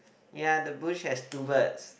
ya the bush has two birds